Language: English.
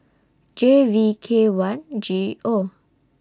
J V K one G O